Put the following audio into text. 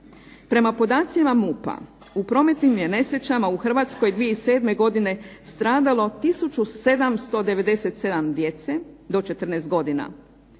Prema podacima MUP-a u prometnim je nesrećama u Hrvatskoj 2007. godine stradalo tisuću 797 djece, do 14 godina.